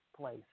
place